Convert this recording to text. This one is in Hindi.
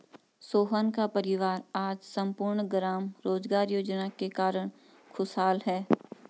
सोहन का परिवार आज सम्पूर्ण ग्राम रोजगार योजना के कारण खुशहाल है